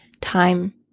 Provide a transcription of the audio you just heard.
time